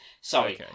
Sorry